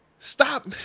Stop